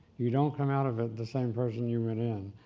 you don't come out of it the same person you went in.